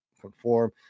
conform